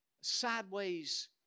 sideways